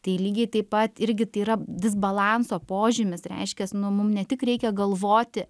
tai lygiai taip pat irgi tai yra disbalanso požymis reiškias nu mum ne tik reikia galvoti